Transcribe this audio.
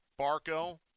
Barco